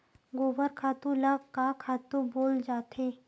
गोबर खातु ल का खातु बोले जाथे?